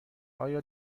آیا